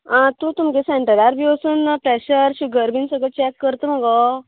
आं तूं तुमगेलें सेंटरार बीन वचून प्रेशर शुगर बी तशें सगली चेक करता मगो